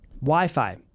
Wi-Fi